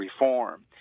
reform